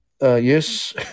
yes